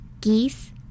geese